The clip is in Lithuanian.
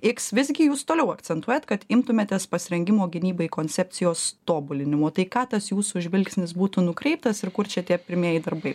iks visgi jūs toliau akcentuojat kad imtumėtės pasirengimo gynybai koncepcijos tobulinimu tai ką tas jūsų žvilgsnis būtų nukreiptas ir kur čia tie pirmieji darbai